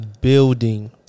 building